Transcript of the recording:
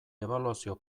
ebaluazio